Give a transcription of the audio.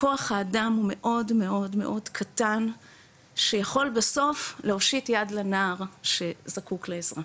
כוח האדם הוא מאוד מאוד קטן שיכול בסוף להושיט יד לנער שזקוק לעזרה.